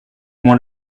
moins